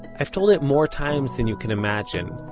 i've told it more times than you can imagine.